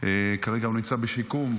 וכרגע הוא נמצא בשיקום,